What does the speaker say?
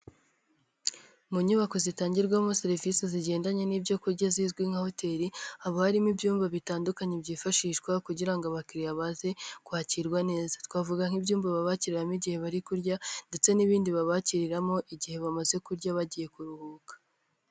Mu nyubako zitangirwamo serivisi zigendanye n'ibyo kurya zizwi nka hoteli, haba harimo ibyumba bitandukanye byifashishwa kugira ngo abakiriya baze kwakirwa neza, twavuga nk'ibyumba bi bakiramo igihe bari kurya ndetse n'ibindi babakiriramo igihe bamaze kurya bagiye kuruhuka.